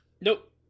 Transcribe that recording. Nope